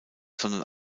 sondern